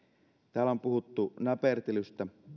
täällä on puhuttu näpertelystä